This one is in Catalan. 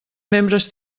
membres